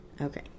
Okay